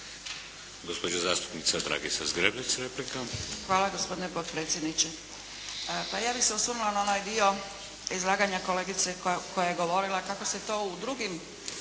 Gospođa zastupnica Dragica Zgrebec replika. **Zgrebec, Dragica (SDP)** Hvala gospodine potpredsjedniče. Pa ja bih se osvrnula na onaj dio izlaganja kolegice koja je govorila kako se to u drugim